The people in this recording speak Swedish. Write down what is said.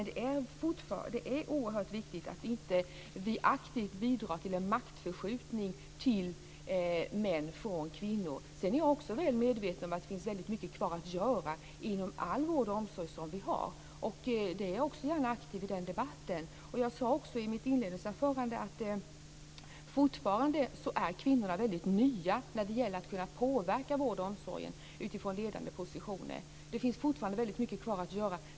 Det är oerhört viktigt att vi inte aktivt bidrar till en förskjutning av makt till män från kvinnor. Jag är väl medveten om att det finns mycket kvar att göra inom all vård och omsorg. Jag är gärna aktiv i den debatten. Jag sade i mitt inledningsanförande att kvinnorna är nya när det gäller att påverka vård och omsorgen från ledande positioner. Det finns fortfarande mycket kvar att göra.